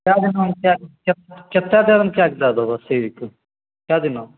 कए दिना कतेक देरमे दए देबऽ सीबके कए दिना